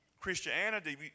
Christianity